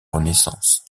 renaissance